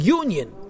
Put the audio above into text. union